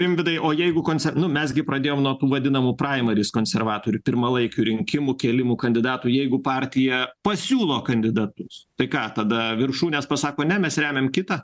rimvydai o jeigu koncer nu mes gi pradėjom nuo tų vadinamų praimaris konservatorių pirmalaikių rinkimų kėlimų kandidatų jeigu partija pasiūlo kandidatus tai ką tada viršūnės pasako ne mes remiam kitą